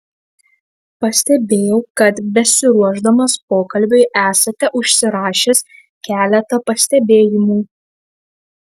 pastebėjau kad besiruošdamas pokalbiui esate užsirašęs keletą pastebėjimų